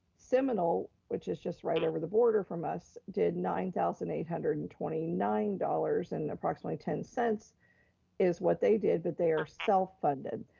seminole, which is just right over the border from us, did nine thousand eight hundred and twenty nine dollars and approximately ten cents is what they did, but they're self-funded.